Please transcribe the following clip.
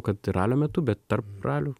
kad ir ralio metu bet tarp ralių